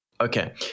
okay